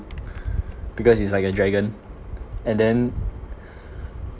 because it's like a dragon and then